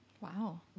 Wow